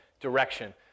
direction